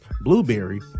blueberry